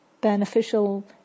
beneficial